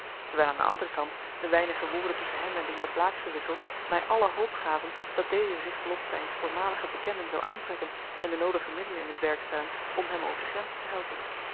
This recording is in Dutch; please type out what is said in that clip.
terwijl aan een anderen kant de weinige woorden tusschen hem en den heer blaek gewisseld mij alle hoop gaven dat deze zich het lot zijns voormaligen bekenden zou aantrekken en de noodige middelen in het werk stellen om hem over de grenzen te helpen